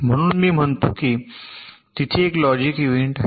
म्हणून मी म्हणतो की तिथे एक लॉजिक इव्हेंट आहे